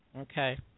Okay